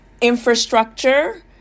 infrastructure